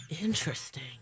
Interesting